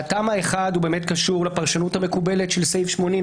הטעם האחד קשור לפרשנות המקובלת של סעיף 80,